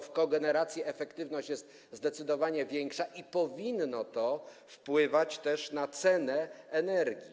W kogeneracji efektywność jest zdecydowanie większa i powinno to wpływać też na cenę energii.